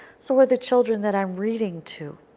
so are the children that i am reading to.